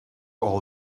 all